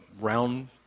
round